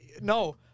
no